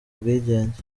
ubwigenge